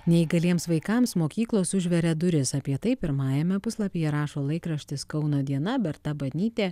neįgaliems vaikams mokyklos užveria duris apie tai pirmajame puslapyje rašo laikraštis kauno diena berta banytė